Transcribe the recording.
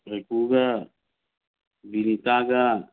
ꯀꯥꯏꯀꯨꯒ ꯕꯤꯅꯤꯇꯥꯒ